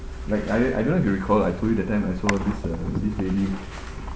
like I I don't know if you recall lah I told you that time I saw this uh this lady